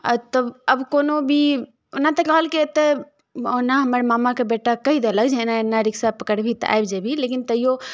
एतऽ तऽ अब कोनो भी ओना तऽ कहलकै एतऽ ओना हमर मामाके बेटा कहि देलक जे एना एना रिक्शा पकड़वही तऽ आबि जेबही लेकिन तैयो